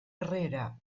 herrera